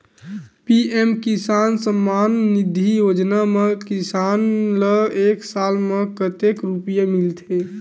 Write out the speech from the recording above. PM किसान सम्मान निधी योजना म किसान ल एक साल म कतेक रुपिया मिलथे?